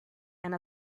and